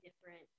different